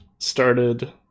started